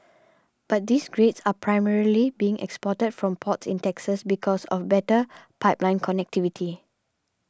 but these grades are primarily being exported from ports in Texas because of better pipeline connectivity